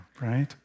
right